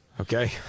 Okay